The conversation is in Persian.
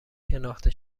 شناخته